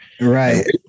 Right